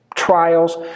Trials